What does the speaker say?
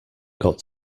got